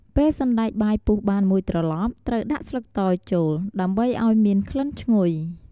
ពេលសណ្ដែកបាយពុះបានមួយត្រឡប់ ត្រូវដាក់ស្លឹកតើយចូល ដើម្បីឱ្យមានក្លិនឈ្ងុយ។